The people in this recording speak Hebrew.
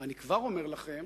ואני כבר אומר לכם